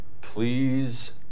Please